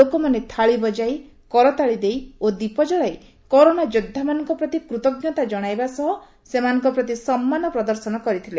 ଲୋକମାନେ ଥାଳି ବଜାଇ କରତାଳି ଦେଇ ଓ ଦୀପ ଜଳାଇ କରୋନା ଯୋଦ୍ଧାମାନଙ୍କ ପ୍ରତି କୃତଜ୍ଞତା ଜଣାଇବା ସହ ସେମାନଙ୍କ ପ୍ରତି ସମ୍ମାନ ପ୍ରଦର୍ଶନ କରିଥିଲେ